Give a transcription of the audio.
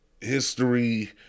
history